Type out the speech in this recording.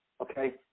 Okay